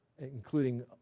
including